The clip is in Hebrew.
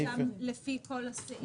אפשר גם לפי כל סעיף.